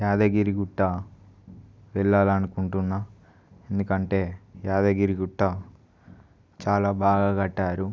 యాదగిరి గుట్ట వెళ్ళాలనుకుంటున్నా ఎందుకంటే యాదగిరి గుట్ట చాలా బాగా కట్టారు